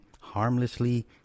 harmlessly